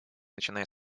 начиная